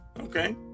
Okay